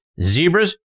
Zebras